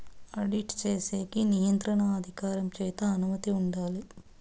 audit చేసేకి నియంత్రణ అధికారం చేత అనుమతి ఉండాలి